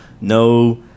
No